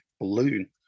balloon